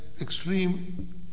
extreme